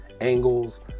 angles